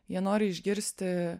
jie nori išgirsti